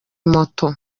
moto